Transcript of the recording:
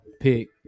pick